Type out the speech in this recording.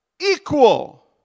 equal